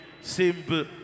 Simple